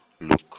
look